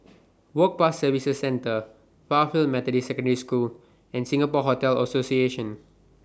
Work Pass Services Centre Fairfield Methodist Secondary School and Singapore Hotel Association